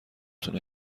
تون